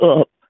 up